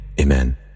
Amen